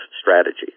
strategy